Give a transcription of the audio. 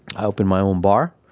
i opened my own bar,